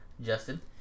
Justin